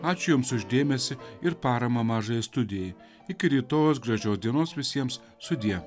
ačiū jums už dėmesį ir paramą mažajai studijai iki rytojaus gražios dienos visiems sudie